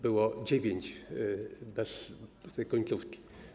Było dziewięć, bez tej końcówki.